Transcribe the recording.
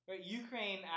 Ukraine